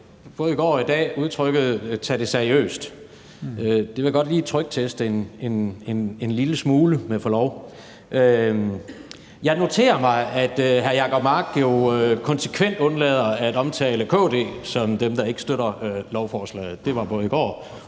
både i går og i dag, udtrykket tage det seriøst. Det vil jeg godt lige trykteste en lille smule med forlov. Jeg noterer mig, at hr. Jacob Mark konsekvent undlader at omtale KD som dem, der ikke støtter lovforslaget. Det var både i går,